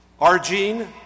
Arjean